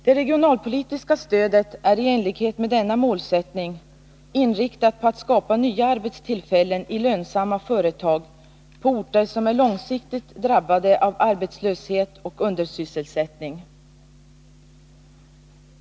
Det regionalpolitiska stödet är i enlighet med denna målsättning inriktat på att skapa nya arbetstillfällen i lönsamma företag på orter som är långsiktigt drabbade av arbetslöshet och undersysselsättning.